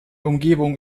umgebung